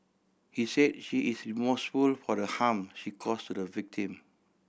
he say she is remorseful for the harm she cause to the victim